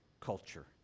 culture